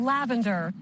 Lavender